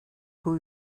who